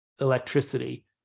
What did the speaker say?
electricity